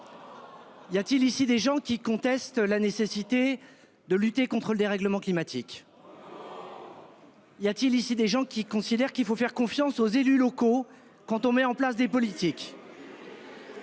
Y a-t-il ici des gens qui contestent la nécessité de lutter contre le dérèglement climatique. Y a-t-il ici des gens qui considèrent qu'il faut faire confiance aux élus locaux. Quand on met en place des politiques.